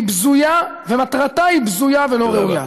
והיא בזויה, ומטרתה בזויה ולא ראויה.